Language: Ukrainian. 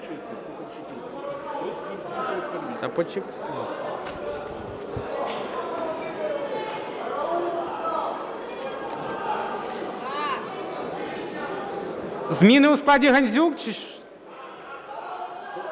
Зміни у складі Гандзюк?